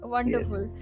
Wonderful